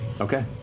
okay